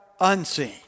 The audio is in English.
unseen